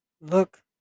look